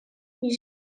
بود